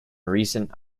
recent